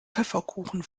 pfefferkuchen